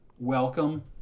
Welcome